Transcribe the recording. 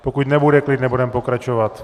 Pokud nebude klid, nebudeme pokračovat.